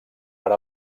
per